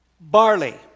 Barley